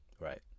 Right